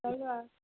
चल रहा है